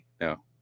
no